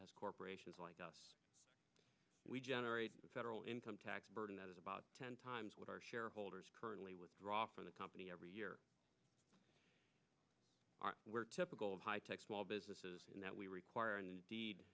us corporations like us we generate a federal income tax burden that is about ten times what our shareholders currently withdraw from the company every year we're typical of high tech small businesses in that we require and